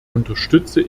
unterstütze